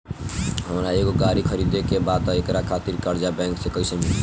हमरा एगो गाड़ी खरीदे के बा त एकरा खातिर कर्जा बैंक से कईसे मिली?